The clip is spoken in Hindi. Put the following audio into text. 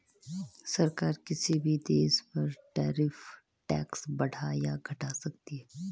सरकार किसी भी देश पर टैरिफ टैक्स बढ़ा या घटा सकती है